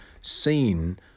seen